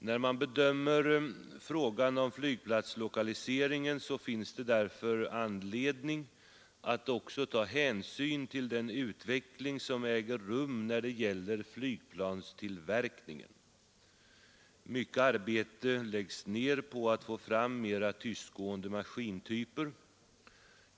När man bedömer frågan om flygplatslokaliseringen finns det därför anledning att också ta hänsyn till den utveckling som äger rum då det gäller flygplanstillverkningen. Mycket arbete läggs ned på att få fram mera tystgående maskintyper.